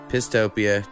Pistopia